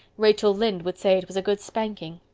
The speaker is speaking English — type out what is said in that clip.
rachel lynde would say it was a good spanking.